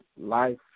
life